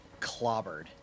clobbered